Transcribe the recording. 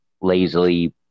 lazily